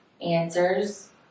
answers